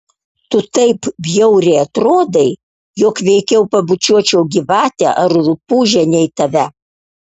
tu taip bjauriai atrodai jog veikiau pabučiuočiau gyvatę ar rupūžę nei tave